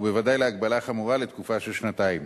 ובוודאי להגבלה חמורה לתקופה של שנתיים.